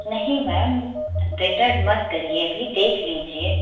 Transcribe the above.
नहीं ma'am return मत करिए अभी देख लीजिए